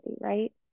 right